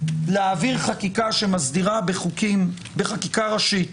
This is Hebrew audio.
להעביר חקיקה שמסדירה בחקיקה ראשית